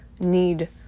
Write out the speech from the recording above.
need